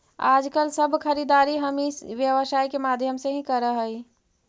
आजकल सब खरीदारी हम ई व्यवसाय के माध्यम से ही करऽ हई